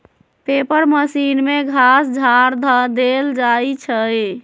paper machine में घास झाड़ ध देल जाइ छइ